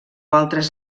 altres